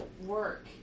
work